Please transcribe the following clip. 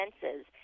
senses